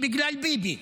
היא בגלל ביבי.